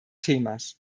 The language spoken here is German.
themas